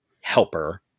helper